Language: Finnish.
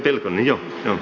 pelkonen jukka